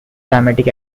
dramatic